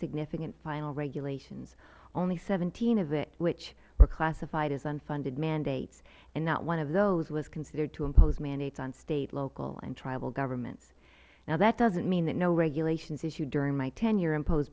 significant final regulations only seventeen of which were classified as unfunded mandates and not one of those was considered to impose mandates on state local and tribal governments now that doesnt mean that no regulations issued during my tenure impose